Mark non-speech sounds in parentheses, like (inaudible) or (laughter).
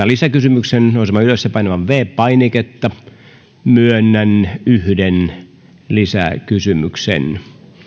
(unintelligible) lisäkysymyksen nousemaan ylös ja painamaan viides painiketta myönnän yhden lisäkysymyksen